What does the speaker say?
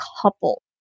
couple